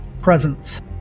presence